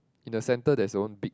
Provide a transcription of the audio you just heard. in the center there's one big